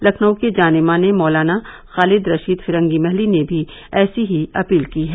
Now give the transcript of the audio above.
लखनऊ के जाने माने मौलाना खालिद रशीद फिरंगी महली ने भी ऐसी ही अपील की है